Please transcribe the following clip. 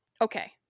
Okay